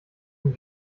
dem